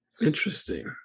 Interesting